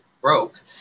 broke